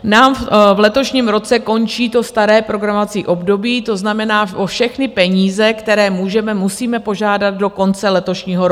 Nám v letošním roce končí to staré programovací období, to znamená o všechny peníze, které můžeme, musíme požádat do konce letošního roku.